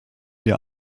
der